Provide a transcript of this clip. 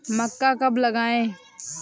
मक्का कब लगाएँ?